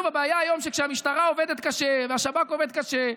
שוב: הבעיה היום היא שכשהמשטרה עובדת קשה והשב"כ עובד קשה,